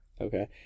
okay